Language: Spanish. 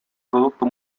producto